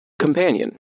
companion